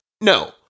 No